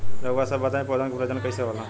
रउआ सभ बताई पौधन क प्रजनन कईसे होला?